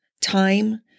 time